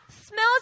smells